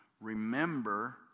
Remember